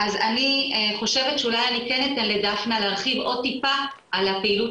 אז אני חושבת שאולי אני כן אתן לדפנה להרחיב עוד טיפה על הפעילות